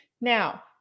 Now